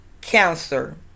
cancer